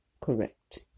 correct